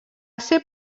ser